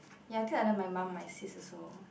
ya I think either my mum my sis also